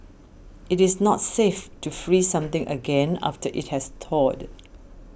it is not safe to freeze something again after it has thawed